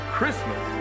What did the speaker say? Christmas